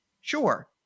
Sure